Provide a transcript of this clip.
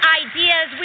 ideas